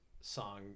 song